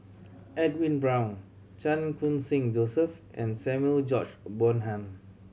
Edwin Brown Chan Khun Sing Joseph and Samuel George Bonham